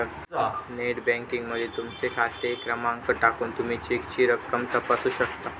net banking मध्ये तुमचो खाते क्रमांक टाकून तुमी चेकची रक्कम तपासू शकता